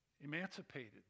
emancipated